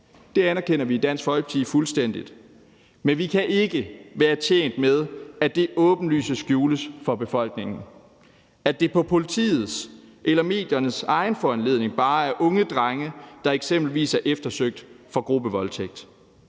Det anerkender vi fuldstændig i Dansk Folkeparti, men vi kan ikke være tjent med, at det åbenlyst skjules for befolkningen, og at det ifølge politiets eller medierne bare er unge drenge, der eksempelvis er eftersøgt for gruppevoldtægt.